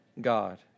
God